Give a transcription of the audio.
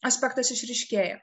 aspektas išryškėja